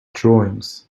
drawings